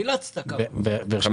אבל --- חילצנו 50,000,